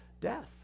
death